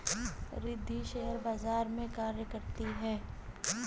Riddhi share बाजार में कार्य करती है